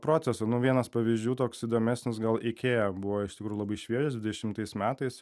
proceso vienas pavyzdžių toks įdomesnis gal ikėja buvo iš tikrųjų labai šviežias dešimtais metais